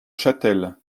chatel